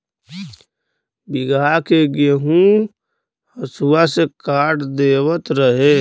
बीघहा के गेंहू हसुआ से काट देवत रहे